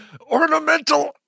Ornamental